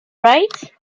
right